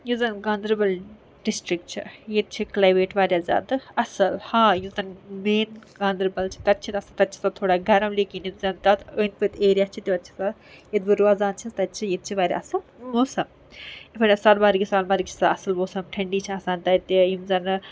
یُس زَن گاندَربَل ڈِسٹرک چھِ ییٚتہِ چھِ کٕلیمیٹ واریاہ زیادٕ اَصٕل ہاں یُس زَن مین گاندَربَل چھِ تَتہِ چھِ نہٕ آسان تَتہِ چھِ سۄ تھوڑا گَرم لیکِن یِم زَن تَتھ أنٛدۍ پٔتۍ ایریا چھِ توت چھِ سۄ ییٚتہِ بہٕ روزان چھَس تَتہِ چھِ ییٚتہِ چھِ واریاہ اَصٕل موسم یِتھ پٲٹھۍ سۄنہ مرگہِ سۄنہٕ مرگہِ چھِ سۄ اَصٕل موسم ٹھنٛڈی چھِ آسان تَتہِ یِم زَنہٕ